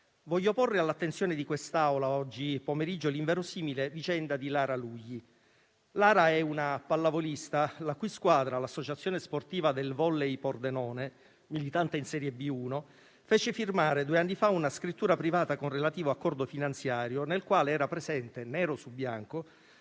desidero porre all'attenzione dell'Assemblea l'inverosimile vicenda di Lara Lugli. Lara è una pallavolista, la cui squadra, l'Associazione sportiva dilettantistica Blu Volley Pordenone, militante in serie B1, fece firmare due anni fa una scrittura privata con relativo accordo finanziario, in cui era presente, nero su bianco,